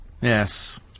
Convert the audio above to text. Yes